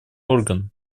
орган